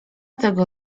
tego